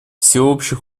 всеобщий